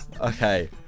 okay